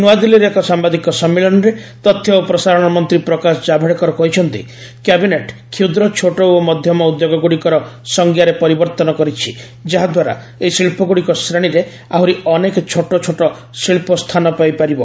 ନ୍ନଆଦିଲ୍ଲୀରେ ଏକ ସାମ୍ବାଦିକ ସମ୍ମିଳନୀରେ ତଥ୍ୟ ଓ ପ୍ରସାରଣ ମନ୍ତ୍ରୀ ପ୍ରକାଶ ଜାବ୍ଡେକର କହିଛନ୍ତି କ୍ୟାବିନେଟ୍ ଷୁଦ୍ର ଛୋଟ ଓ ମଧ୍ୟମ ଉଦ୍ୟୋଗଗୁଡ଼ିକର ସଂଜ୍ଞାରେ ପରିବର୍ତନ କରିଛି ଯାହାଦ୍ୱାରା ଏହି ଶିଳ୍ପଗୁଡ଼ିକ ଶ୍ରେଣୀରେ ଆହୁରି ଅନେକ ଛୋଟ ଶିଳ୍ପ ସ୍ଥାନ ପାଇପାରିବ